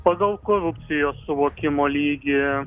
pagal korupcijos suvokimo lygį